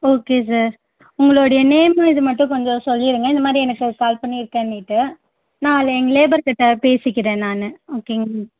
okay sir உங்களுடைய name இதை மட்டும் கொஞ்சம் சொல்லிடுங்க இந்த மாதிரி எனக்கு கால் பண்ணியிருக்கேனிட்டு நான் லே எங்கள் லேபர்க்கிட்ட பேசிக்கிறேன் நான் ஓகேங்க